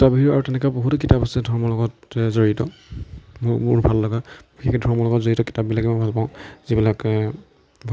তাৰ বাহিৰেও আৰু তেনেকুৱা বহুতো কিতাপ আছে ধৰ্মৰ লগত জড়িত মোৰ মোৰ ভাল লগা বিশষকৈ ধৰ্মৰ লগত জড়িত কিতাপবিলাকে মই ভাল পাওঁ যিবিলাকে